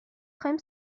خواهیم